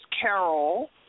Carol